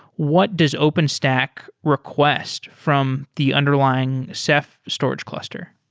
what does openstack request from the underlying ceph storage cluster?